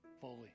fully